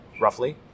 roughly